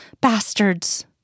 Bastards